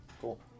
cool